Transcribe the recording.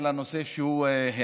אז בוא.